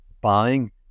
buying